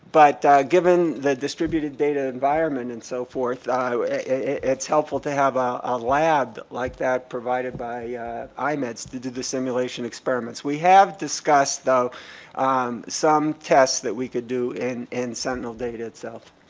but given the distributed data environment and so forth it's helpful to have a lab like that provided by imeds that did the simulation experiments. we have discussed though some tests that we could do in in sentinel data itself.